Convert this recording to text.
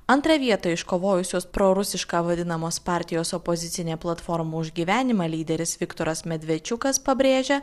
antrą vietą iškovojusios prorusiška vadinamos partijos opozicinė platforma už gyvenimą lyderis viktoras medvečiukas pabrėžia